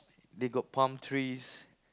they got palm trees